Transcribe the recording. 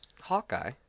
Hawkeye